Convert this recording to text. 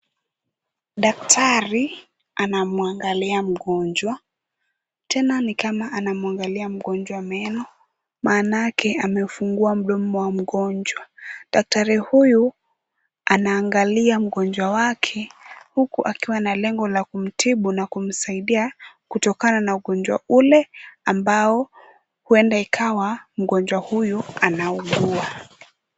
Daktari anamwangalia mgonjwa, tena ni kama anamwangalia mgonjwa meno, maanake amefungua mdomo wa mgonjwa, daktari huyu anaangalia mgonjwa wake, huku akiwa na lengo la kumtibu na kumsaidia kutokana na ugonjwa ule ambao huenda ikawa mgonjwa huyu anaugua.